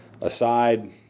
aside